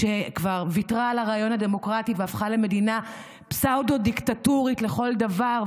שכבר ויתרה על הרעיון הדמוקרטי והפכה למדינה פסאודו-דיקטטורית לכל דבר,